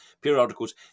periodicals